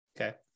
Okay